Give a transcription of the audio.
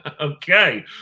Okay